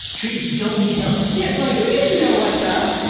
trees don't need help. yeah like trees know what's up.